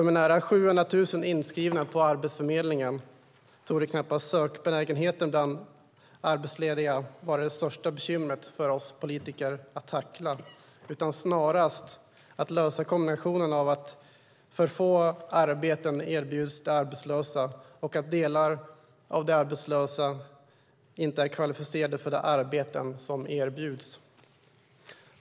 Med nära 700 000 inskrivna på Arbetsförmedlingen torde knappast sökbenägenheten bland arbetslediga vara det största bekymret för oss politiker att tackla utan snarare att lösa kombinationen av att för få arbeten erbjuds de arbetslösa och att delar av de arbetslösa inte är kvalificerade för de arbeten som erbjuds.